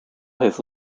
his